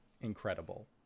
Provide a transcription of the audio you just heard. Incredible